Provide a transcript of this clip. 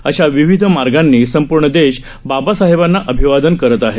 अशा विविध मार्गानी संपूर्ण देश बाबासाहेबांना अभिवादन करत आहे